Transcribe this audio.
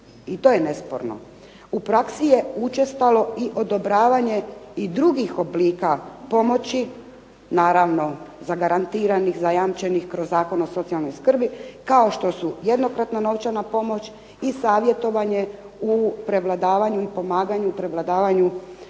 i to je nesporno. U praksi je učestalo odobravanje i drugih oblika pomoći, naravno zagarantiranih zajamčenih kroz Zakon o socijalnoj skrbi, kao što su jednokratna novčana pomoć i savjetovanje u prevladavanju i pomaganju prevladavanja